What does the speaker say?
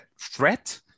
threat